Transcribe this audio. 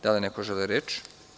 Da li neko želi reč?